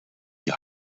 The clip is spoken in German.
die